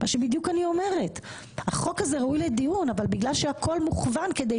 אני אומרת שהחוק הזה ראוי לדיון אבל בגלל שהכול מוכוון כדי